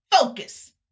focus